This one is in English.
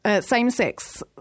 same-sex